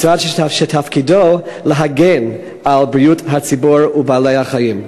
משרד שתפקידו להגן על בריאות הציבור ובעלי-החיים.